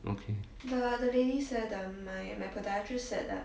okay